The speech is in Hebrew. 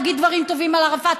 תגיד דברים טובים על ערפאת,